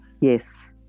Yes